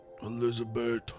Elizabeth